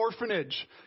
orphanage